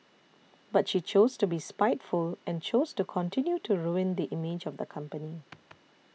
but she chose to be spiteful and chose to continue to ruin the image of the company